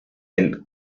del